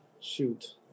shoot